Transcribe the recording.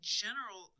general